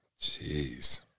Jeez